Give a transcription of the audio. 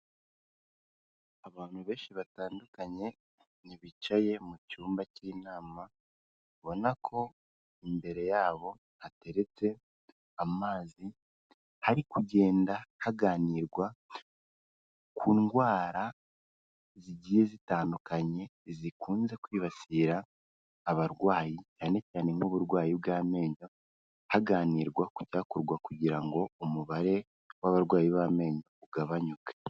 Abantu benshi batandukanye, bicaye mu cyumba cy'inama, ubabona ko imbere yabo hateretse amazi, hari kugenda haganirwa ku ndwara zigiye zitandukanye zikunze kwibasira abarwayi cyane cyane nk'uburwayi bw'amenyo, haganirwa ku cyakorwa kugira ngo umubare w'abarwayi b'amenyo ugabanyuke.